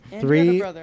Three